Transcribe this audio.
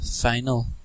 final